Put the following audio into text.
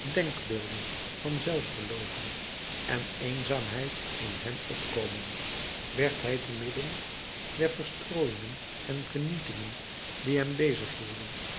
denkbeelden van zelfverloochening en eenzaamheid in hem opkomen werd hij te midden der verstrooiingen en genietingen die hem